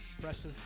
precious